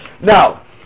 Now